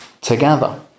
together